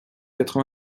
quatre